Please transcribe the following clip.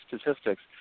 statistics